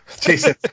Jason